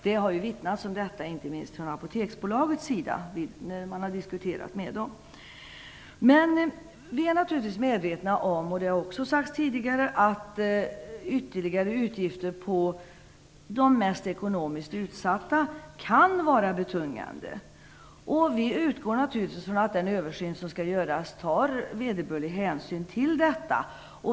Det har ju vittnats om detta inte minst från Apoteksbolagets sida. Vi är naturligtvis medvetna om - och det har också sagts tidigare - att ytterligare utgifter för de ekonomiskt mest utsatta kan vara betungande. Vi utgår naturligtvis från att den översyn som skall göras tar vederbörlig hänsyn till detta.